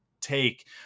take